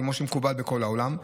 כמו שמקובל בכל העולם,